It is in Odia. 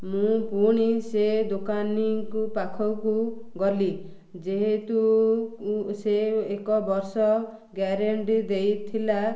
ମୁଁ ପୁଣି ସେ ଦୋକାନୀକୁ ପାଖକୁ ଗଲି ଯେହେତୁ ସେ ଏକ ବର୍ଷ ଗ୍ୟାରେଣ୍ଟି ଦେଇଥିଲା